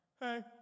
Hey